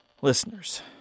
Listeners